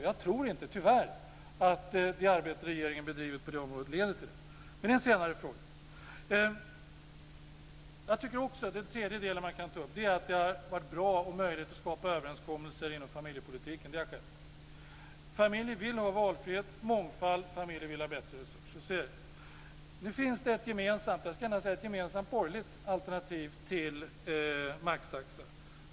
Jag tror tyvärr inte att det arbete regeringen bedriver på det området leder till det. Men det är en senare fråga. Den tredje delen jag vill ta upp är att det har varit bra att det funnits möjligheter att skapa överenskommelser inom familjepolitiken. Det har skett. Familjer vill ha valfrihet och mångfald. Familjer vill ha bättre resurser. Så är det. Nu finns det ett gemensamt borgerligt alternativ till maxtaxa.